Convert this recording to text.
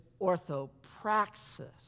orthopraxis